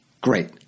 great